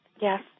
Yes